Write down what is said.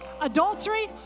adultery